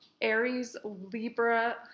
Aries-Libra